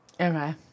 Okay